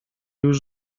już